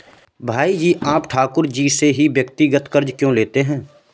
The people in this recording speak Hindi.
भाई जी आप ठाकुर जी से ही व्यक्तिगत कर्ज क्यों लेते हैं?